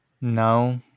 No